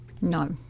No